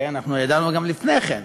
אנחנו ידענו גם לפני כן,